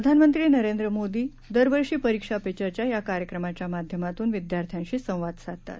प्रधानमंत्री नरेंद्र मोदी दरवर्षी परीक्षा पे चर्चा या कार्यक्रमाच्या माध्यमातून विद्यार्थ्यांशी संवाद साधतात